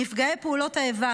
"נפגעי פעולות האיבה,